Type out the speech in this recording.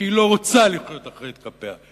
שהיא לא רוצה להיות אחראית כלפיהן.